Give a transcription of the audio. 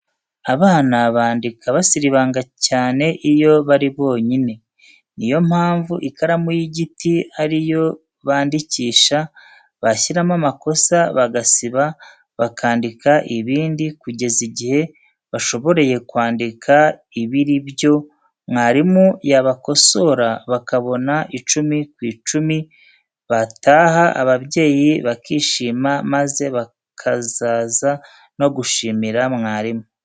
Abana bandika basiribanga, cyane iyo bari bonyine, ni yo mpamvu ikaramu y'igiti ari yo bandikisha, bashyiramo amakosa bagasiba bakandika ibindi, kugeza igihe bashoboreye kwandika ibiri byo, mwarimu yabakosora bakabona icumi ku icumi, bataha ababyeyi bakishima, maze bakazaza no gushimira mwarimu.